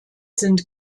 sind